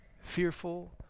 fearful